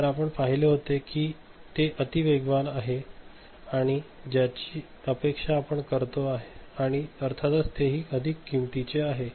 तर आपण पाहिले होते कि ते अगदी वेगवान आहे आणि ज्याची अपेक्षा आपण करतो आणि अर्थातच तेही अधिक किमतीचे आहे